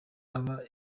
aba